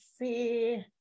see